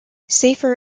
safer